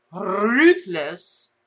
ruthless